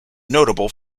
notable